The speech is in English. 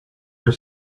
your